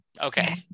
Okay